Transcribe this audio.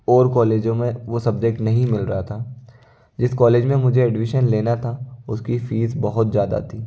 और कॉलेजों में वो सब्जेक्ट नहीं मिल रहा था जिस कॉलेज में मुझे एडमिशन लेना था उसकी फीस बहुत ज़्यादा थी